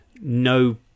no